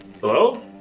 Hello